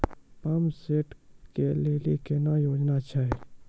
Pump set केलेली कोनो योजना छ?